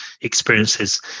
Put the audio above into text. experiences